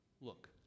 look